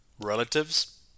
relatives